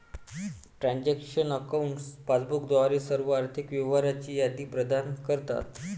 transaction accounts passbook द्वारे सर्व आर्थिक व्यवहारांची यादी प्रदान करतात